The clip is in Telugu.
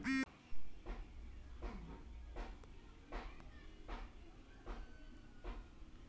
అసంఘటిత రంగ కార్మికులకు